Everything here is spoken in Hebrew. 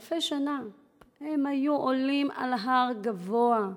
אלפי שנים הם היו עולים על הר גבוה,